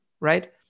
right